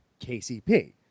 kcp